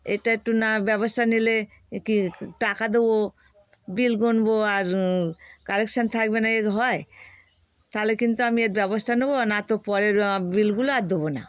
এটা একটু না ব্যবস্থা নিলে কি টাকা দেবো বিল গুনব আর কানেকশান থাকবে না এ হয় তাহলে কিন্তু আমি এর ব্যবস্থা নেবো না তো পরের বিলগুলো আর দেবো না